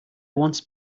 once